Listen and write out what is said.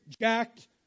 jacked